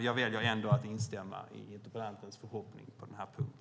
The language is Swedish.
Jag väljer ändå att instämma i interpellantens förhoppning på denna punkt.